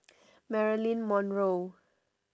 marilyn monroe